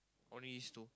only these two